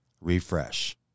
refresh